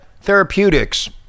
Therapeutics